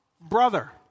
brother